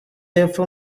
y’epfo